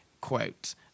quote